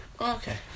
Okay